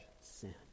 sin